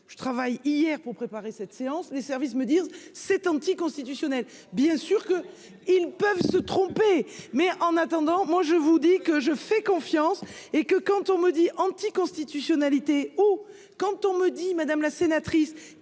je travaille hier pour préparer cette séance des services me dire c'est anticonstitutionnel, bien sûr que, ils peuvent se tromper, mais en attendant, moi je vous dis que je fais confiance et que quand on me dit : anticonstitutionnalité oh quand on me dit madame la sénatrice